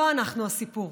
לא אנחנו הסיפור,